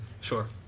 Sure